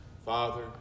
Father